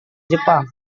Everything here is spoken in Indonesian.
jepang